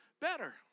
better